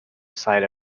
side